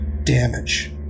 Damage